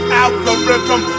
algorithm